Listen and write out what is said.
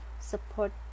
support